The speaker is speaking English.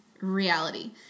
reality